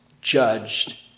judged